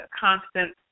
constant